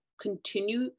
continue